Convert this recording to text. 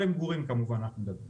כמובן שאנחנו מדברים